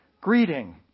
Greeting